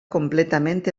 completament